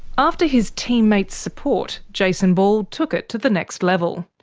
after his teammates' support, jason ball took it to the next level.